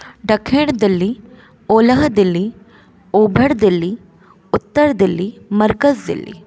ॾखिण दिल्ली ओलह दिल्ली ओभर दिल्ली उत्तर दिल्ली मर्कज़ दिल्ली